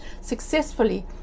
successfully